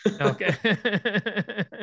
Okay